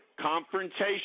Confrontation